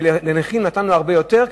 ולנכים נתנו הרבה יותר,